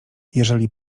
jeżeli